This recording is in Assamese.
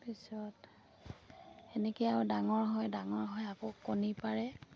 পিছত সেনেকে আৰু ডাঙৰ হয় ডাঙৰ হয় আকৌ কণী পাৰে